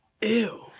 Ew